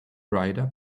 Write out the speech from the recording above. rider